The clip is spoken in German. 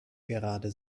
gerade